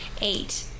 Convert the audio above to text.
eight